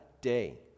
day